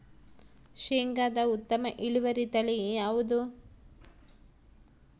ಶೇಂಗಾದ ಉತ್ತಮ ಇಳುವರಿ ತಳಿ ಯಾವುದು?